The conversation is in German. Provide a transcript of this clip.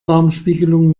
darmspiegelung